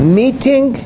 meeting